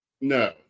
No